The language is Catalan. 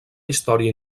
història